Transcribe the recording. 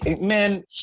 man